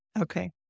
Okay